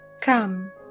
come